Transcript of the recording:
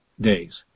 days